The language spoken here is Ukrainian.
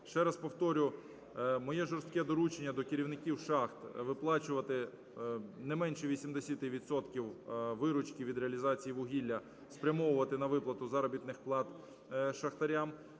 Ще раз повторю, моє жорстке доручення до керівників шахт: виплачувати, не менше 80 відсотків виручки від реалізації вугілля спрямовувати на виплату заробітних плат шахтарям.